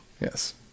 Yes